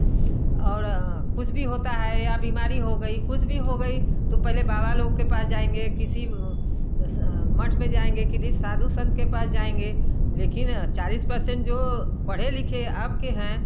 और कुछ भी होता है या बीमारी हो गई कुछ भी हो गई तो पहले बाबा लोग के पास जाएँगे किसी मठ में जाएँगे किसी साधु संत के पास जाएँगे लेकिन चालीस परसेंट जो पढ़े लिखे अब के हैं